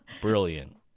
Brilliant